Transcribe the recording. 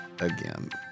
Again